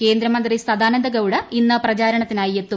കേന്ദ്രീമൃത്തി സദാനന്ദ ഗൌഡ ഇന്ന് പ്രചാരണത്തിനായി എത്തും